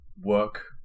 work